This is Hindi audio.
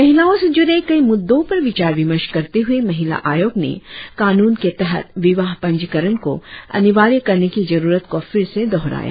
महिलाओं से जुड़े कई मुद्दों पर विचार विमर्श करते हुए महिला आयोग ने कानून के तहत विवाह पंजीकरण को अनिवार्य करने की जरुरत को फिर से दोहराया